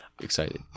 excited